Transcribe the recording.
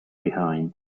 behind